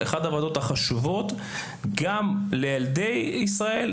אחת הוועדות החשובות גם לילדי ישראל,